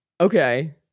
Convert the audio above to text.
Okay